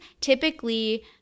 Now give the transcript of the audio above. typically